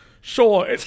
Sure